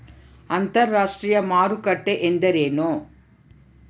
ಅಂತರಾಷ್ಟ್ರೇಯ ಮಾರುಕಟ್ಟೆ ಎಂದರೇನು?